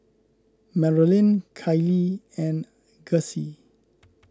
Marilyn Kyleigh and Gussie